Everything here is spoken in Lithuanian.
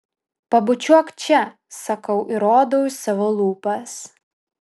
pabučiuok čia sakau ir rodau į savo lūpas